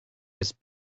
with